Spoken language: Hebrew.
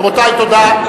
רבותי, תודה.